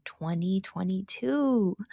2022